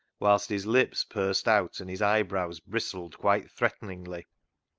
whilst his lips pursed out and his eyebrows bristled quite threateningly.